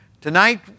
tonight